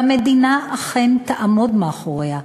והמדינה אכן תעמוד מאחוריה.